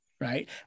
right